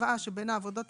קבעה שבין העבודות